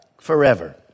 forever